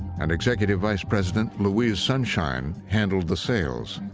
and executive vice president louise sunshine handled the sales.